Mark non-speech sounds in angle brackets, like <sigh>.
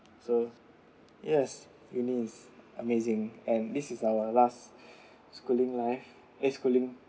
so yes you needs amazing and this is our last <laughs> schooling life eh schooling